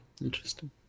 Interesting